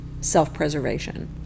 self-preservation